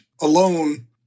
alone